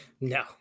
No